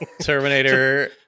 Terminator